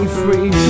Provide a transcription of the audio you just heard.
free